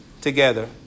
together